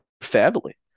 family